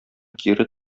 кире